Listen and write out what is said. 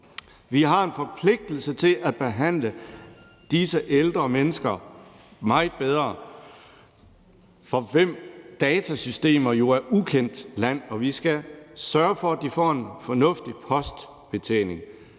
Vi har en forpligtelse til at behandle disse ældre mennesker meget bedre, for hvem datasystemer jo er ukendt land. Og vi skal sørge for, at de får en fornuftig postbetjening.